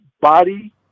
body